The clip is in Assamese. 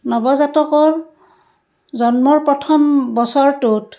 নৱজাতকৰ জন্মৰ প্ৰথম বছৰটোত